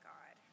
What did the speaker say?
God